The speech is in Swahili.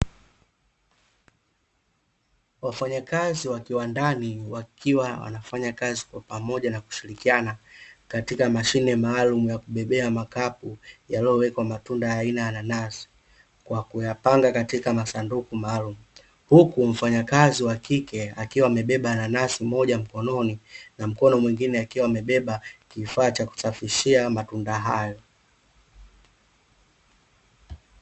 Wafanyakazi wa kiwandani wakiwa wanafanya kazi kwa pamoja na kushirikiana, katika mashine maalumu ya kubebea makapu yaliyowekwa matunda aina ya nanasi, kwa kuyapanga katika masanduku maalumu, huku mfanyakazi wa kike akiwa amebeba nanasi moja mkononi na mkono mwingine akiwa amebeba kifaa cha kusafishia matunda hayo.